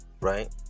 Right